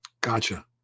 Gotcha